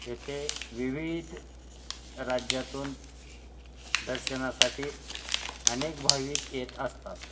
येथे विवि ध राज्यांतून दर्शनासाठी अनेक भाविक येत असतात